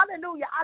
Hallelujah